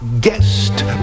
guest